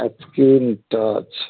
screen touch